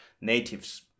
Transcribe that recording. natives